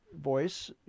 voice